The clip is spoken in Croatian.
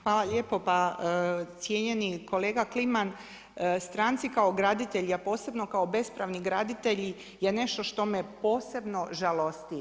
Hvala lijepo, pa cijenjeni kolega Kliman, stranci kao graditelji, a posebno kao bespravni graditelji je nešto što me posebno žalosti.